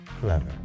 clever